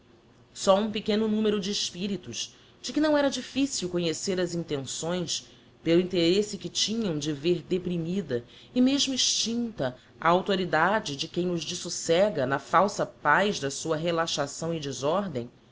só um pequeno numero de espiritos de que não era difficil conhecer as intenções pelo interesse que tinham de vêr deprimida e mesmo extincta a authoridade de quem os dessocega na falsa paz da sua relaxação e desordem